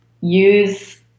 Use